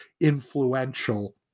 influential